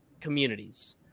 communities